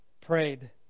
Prayed